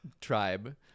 tribe